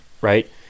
right